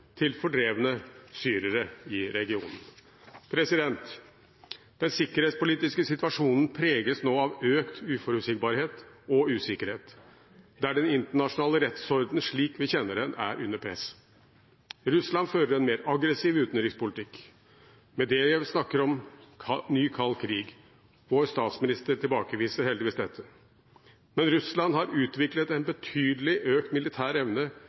til fordrevne syrere i regionen. Den sikkerhetspolitiske situasjonen preges nå av økt uforutsigbarhet og usikkerhet, der den internasjonale rettsorden slik vi kjenner den, er under press. Russland fører en mer aggressiv utenrikspolitikk. Medvedev snakker om en ny kald krig – vår statsminister tilbakeviser heldigvis dette. Men Russland har utviklet en betydelig økt militær evne,